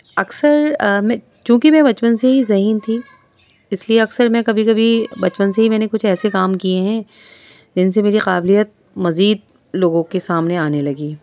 اکثر میں چونکہ میں بچپن سے ہی ذہین تھی اس لیے اکثر میں کبھی کبھی بچپن سے ہی میں نے کچھ ایسے کام کیے ہیں جن سے میری قابلیت مزید لوگوں کے سامنے آنے لگی